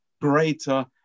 greater